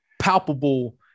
palpable